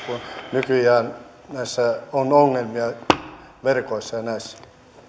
nykyään näissä on ongelmia verkoissa ja näissä